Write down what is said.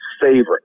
favorite